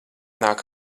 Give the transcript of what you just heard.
nāk